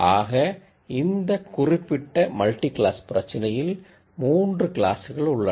ஆக இந்த குறிப்பிட்ட மல்டி கிளாஸ் பிரச்சினையில் 3 கிளாஸ்கள் உள்ளன